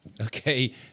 Okay